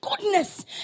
goodness